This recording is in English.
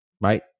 right